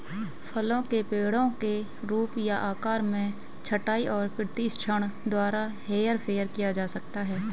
फलों के पेड़ों के रूप या आकार में छंटाई और प्रशिक्षण द्वारा हेरफेर किया जा सकता है